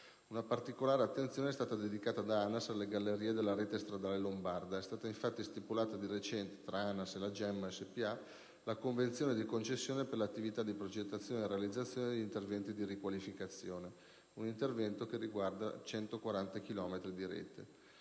Una particolare attenzione è stata dedicata dall'ANAS alle gallerie della rete stradale lombarda; è stata, infatti, stipulata di recente tra l'ANAS e la Gemmo spa la convenzione di concessione per le attività di progettazione e realizzazione degli interventi di riqualificazione, un intervento che riguarda 140 chilometri